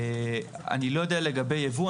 אני לא יודע לגבי יבוא,